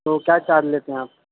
تو کیا چارج لیتے ہیں آپ